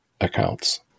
accounts